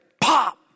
pop